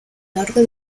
largo